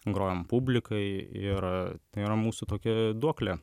grojam publikai ir tai yra mūsų tokia duoklė